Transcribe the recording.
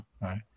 right